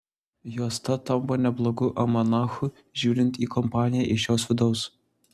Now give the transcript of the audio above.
juosta tampa neblogu almanachu žiūrint į kompaniją iš jos vidaus